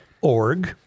Org